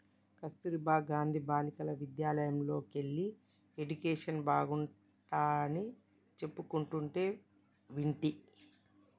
కస్తుర్బా గాంధీ బాలికా విద్యాలయల్లోకెల్లి ఎడ్యుకేషన్ బాగుంటాడని చెప్పుకుంటంటే వింటి